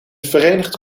verenigd